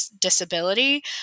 disability